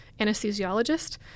anesthesiologist